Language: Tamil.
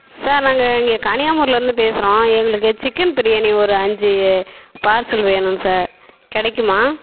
சார் நாங்கள் இங்கே கன்னியாமூர்லேருந்து பேசுகிறோம் எங்களுக்கு சிக்கன் பிரியாணி ஒரு அஞ்சு பார்சல் வேணும் சார் கிடைக்குமா